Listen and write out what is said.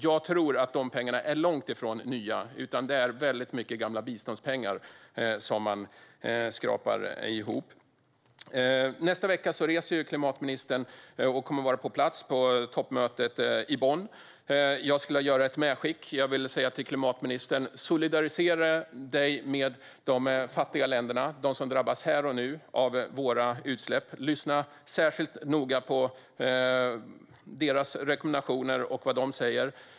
Jag tror att de pengarna är långt ifrån nya. Det är väldigt mycket gamla biståndspengar som man skrapar ihop. Nästa vecka reser klimatministern för att vara på plats på toppmötet i Bonn. Jag skulle vilja göra ett medskick till klimatministern: Solidarisera dig med de fattiga länderna, som drabbas här och nu av våra utsläpp! Lyssna särskilt noga på deras rekommendationer och vad de säger!